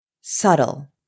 subtle